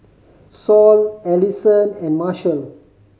Sol Ellison and Marshal